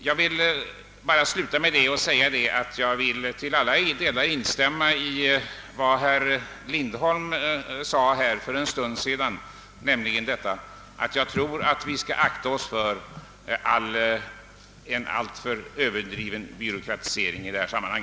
Jag vill bara sluta med att säga att jag till alla delar kan instämma i vad herr Lindholm sade för en stund sedan, nämligen att vi bör akta oss för en alltför överdriven byråkratisering i detta sammanhang.